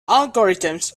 algorithms